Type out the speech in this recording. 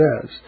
says